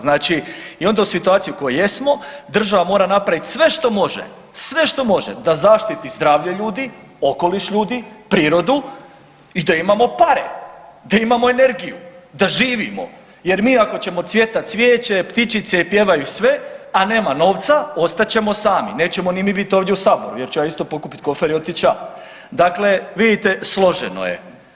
Znači i onda u situaciji u kojoj jesmo država mora napravit sve što može, sve što može da zaštiti zdravlje ljudi, okoliš ljudi, prirodu i da imamo pare, da imamo energiju, da živimo jer mi ako ćemo cvjetat cvijeće i ptičice pjevaju sve, a nema novca ostat ćemo sami, nećemo ni mi bit ovdje u saboru jer ću ja isto pokupit kofere i otić ća, dakle vidite složeno je.